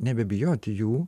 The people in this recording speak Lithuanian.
nebebijoti jų